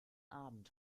abend